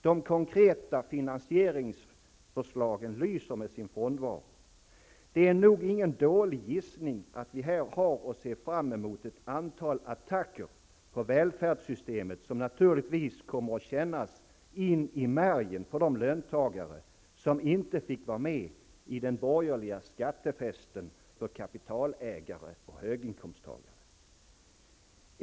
De konkreta finansieringsförslagen lyser med sin frånvaro. Det är nog ingen dålig gissning att vi här har att se fram emot ett antal attacker på välfärdssystemet, som naturligtvis kommer att kännas in i märgen på de löntagare som inte fick vara med i den borgerliga skattefesten för kapitalägare och höginkomsttagare.